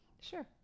Sure